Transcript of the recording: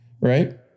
right